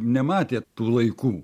nematė tų laikų